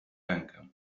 rękę